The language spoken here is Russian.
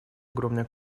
огромное